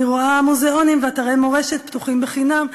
אני רואה מוזיאונים ואתרי מורשת פתוחים חינם.